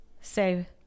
say